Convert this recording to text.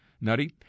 Nutty